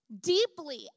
deeply